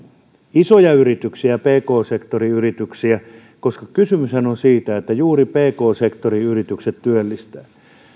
isoja yrityksiä ja pk sektoriyrityksiä koska kysymyshän on siitä että juuri pk sektoriyritykset työllistävät